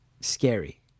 scary